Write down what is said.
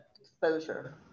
exposure